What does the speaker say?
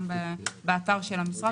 גם באתר של המשרד.